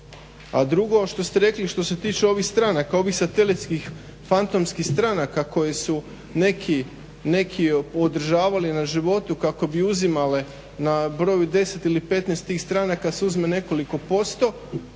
A drugo, što ste rekli što se tiče ovih stranaka, ovih satelitskih fantomskih stranaka koje su neki održavali na životu kako bi uzimale na broju 10 ili 15 tih stranaka se uzme nekoliko posto.